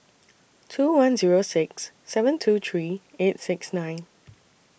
two one Zero six seven two three eight six nine